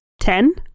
Ten